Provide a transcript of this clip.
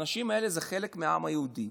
האנשים האלה זה חלק מהעם היהודי,